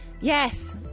Yes